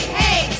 hey